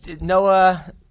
Noah